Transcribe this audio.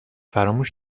فراموش